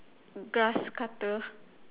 grass cutter